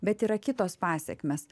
bet yra kitos pasekmės